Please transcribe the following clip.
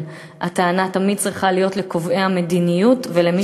הטענה תמיד צריכה להיות לקובעי המדיניות ולמי